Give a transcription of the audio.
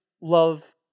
love